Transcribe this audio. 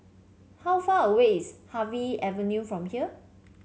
how far away is Harvey Avenue from here